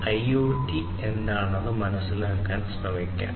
0 എന്താണെന്ന് മനസ്സിലാക്കാൻ ശ്രമിക്കാം